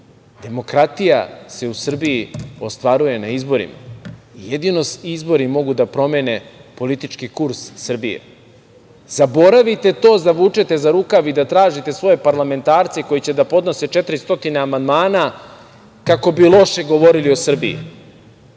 Demokratija se u Srbiji ostvaruje na izborima i jedino izbori mogu da promene politički kurs Srbije. Zaboravite to zavučete za rukav i da tražite svoje parlamentarce koji će da podnose 400 amandmana kako bi loše govorili o Srbiji.